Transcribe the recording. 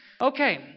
Okay